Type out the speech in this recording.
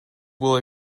will